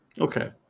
okay